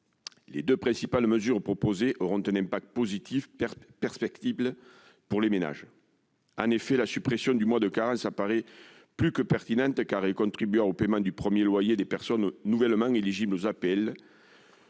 Les deux principales mesures proposées auront un effet positif perceptible pour les ménages. Tout d'abord, la suppression du mois de carence paraît plus que pertinente, car elle contribuera au paiement du premier loyer des personnes nouvellement éligibles aux APL.